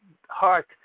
heart